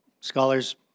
Scholars